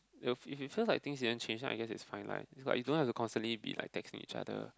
it'll if it feels like things didn't change I guess is fine lah you don't have to constantly be like texting each other